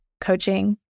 coaching